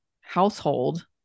household